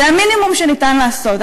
זה המינימום שניתן לעשות.